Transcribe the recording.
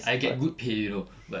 I get good pay you know but